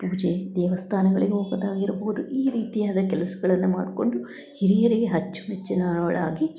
ಪೂಜೆ ದೇವಸ್ಥಾನಗಳಿಗೆ ಹೋಗೋದಾಗಿರ್ಬೋದು ಈ ರೀತಿಯಾದ ಕೆಲಸಗಳನ್ನು ಮಾಡಿಕೊಂಡು ಹಿರಿಯರಿಗೆ ಅಚ್ಚುಮೆಚ್ಚಿನವಳಾಗಿ